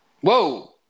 Whoa